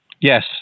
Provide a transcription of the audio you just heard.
Yes